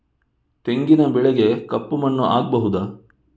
ತೆಂಗಿನ ಬೆಳೆಗೆ ಕಪ್ಪು ಮಣ್ಣು ಆಗ್ಬಹುದಾ?